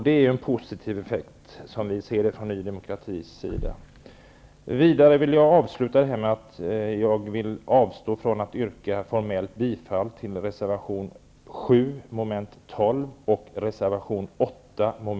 Det är en positiv effekt, som vi ser det från Ny demokratis sida. Jag vill avsluta med att meddela att jag vill avstå från att formellt yrka bifall till reservation 7 mom.